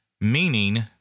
meaning